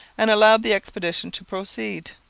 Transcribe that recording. and allowed the expedition to proceed.